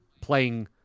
playing